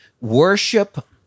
Worship